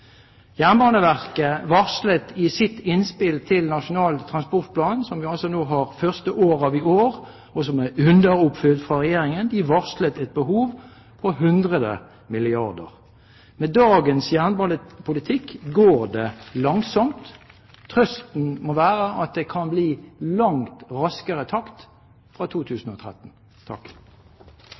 Jernbaneverket varslet i sitt innspill til Nasjonal transportplan, som vi har det første året av i år, og som er underoppfylt fra Regjeringen, et behov på 100 milliarder kr. Med dagens jernbanepolitikk går det langsomt. Trøsten må være at det kan bli langt raskere takt fra 2013.